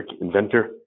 inventor